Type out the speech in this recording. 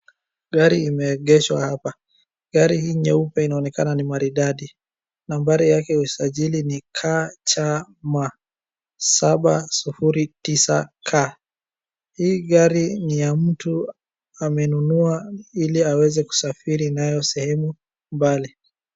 Gari imeengeshwa hapa. Gari hii nyeupe inaonekana ni maridadi. Nambari yake ya usajili ni KCM 709 K. Hii gari ni ya mtu amenunua ili aweze kusafiri nayo sehemu mbali.